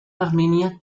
armenia